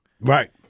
Right